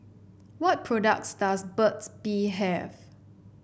what products does Burt's Bee have